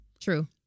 True